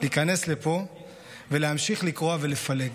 להיכנס לפה ולהמשיך לקרוע ולפלג.